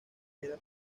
era